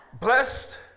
Blessed